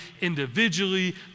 individually